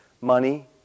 Money